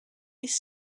this